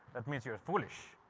that means you're foolish.